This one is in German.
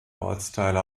ortsteile